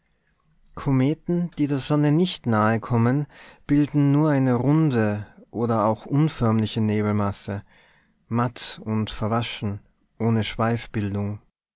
kometen die der sonne nicht nahe kommen bilden nur eine runde oder auch unförmliche nebelmasse matt und verwaschen ohne